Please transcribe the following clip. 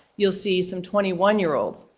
you'll see some twenty one year olds.